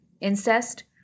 incest